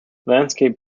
landscape